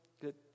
Good